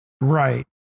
Right